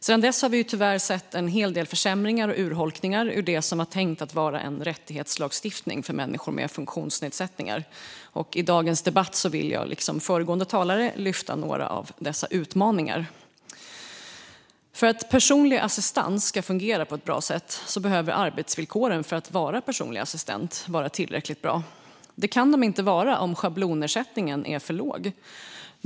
Sedan dess har vi tyvärr sett en hel del försämringar och urholkningar ur det som var tänkt att vara en rättighetslagstiftning för människor med funktionsnedsättningar. I dagens debatt vill jag liksom föregående talare lyfta upp några av dessa utmaningar. För att personlig assistans ska fungera bra behöver arbetsvillkoren för att vara personlig assistent vara tillräckligt bra. Det kan de inte vara om schablonersättningen är för låg.